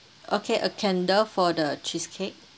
okay a candle for the cheesecake